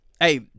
hey